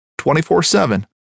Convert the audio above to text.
24-7